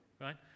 right